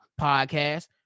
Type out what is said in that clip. podcast